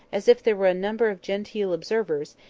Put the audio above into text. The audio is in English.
as if there were a number of genteel observers,